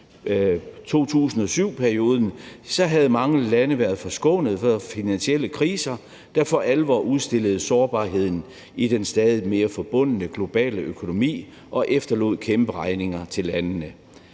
2007, havde mange lande været forskånet for finansielle kriser, der for alvor udstillede sårbarheden i den stadig mere forbundne globale økonomi og efterlod kæmpe regninger til landene.